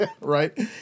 right